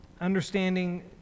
understanding